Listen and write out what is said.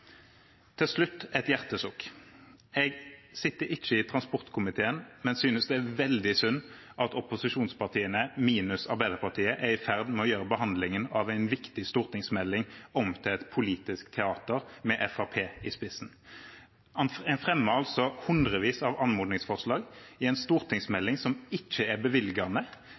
Til slutt et hjertesukk: Jeg sitter ikke i transportkomiteen, men jeg synes det er veldig synd at opposisjonspartiene minus Arbeiderpartiet er i ferd med å gjøre behandlingen av en viktig stortingsmelding om til et politisk teater med Fremskrittspartiet i spissen. En fremmer altså hundrevis av anmodningsforslag i en stortingsmelding som ikke er bevilgende,